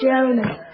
Jonah